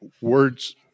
words